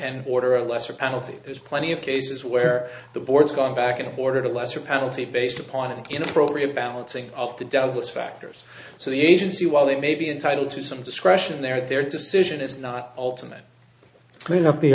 and order a lesser penalty there's plenty of cases where the board's gone back and ordered a lesser penalty based upon an inappropriate balancing of the douglas factors so the agency while they may be entitled to some discretion there their decision is not ultimate clean up the